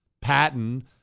Patton